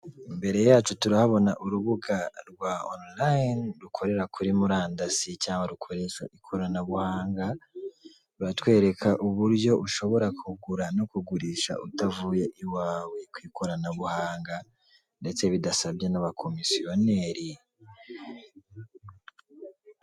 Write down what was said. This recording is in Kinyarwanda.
Imbere yacu turahabona urubuga rwa onorayine rukorera kuri murandasi cyangwa rukoresha ikoranabuhanga, ruratwereka uburyo ushobora kugura no kugurisha utavuye iwawe ku ikoranabuhanga ndetse bidasabye n'abakomisiyoneri.